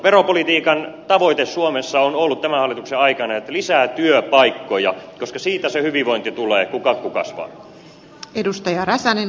veropolitiikan tavoite suomessa on ollut tämän hallituksen aikana että lisää työpaikkoja koska siitä se hyvinvointi tulee kun kakku kasvaa